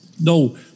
No